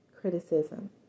criticism